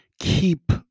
keep